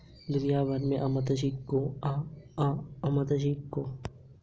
दुनिया भर के बड़े बैंको की सूची में भारत का एस.बी.आई दसवें स्थान पर है